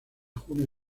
junio